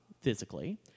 physically